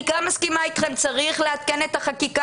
אני גם מסכימה אתכם שצריך לעדכן את החקיקה